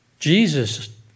Jesus